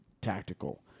tactical